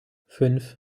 fünf